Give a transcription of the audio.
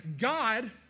God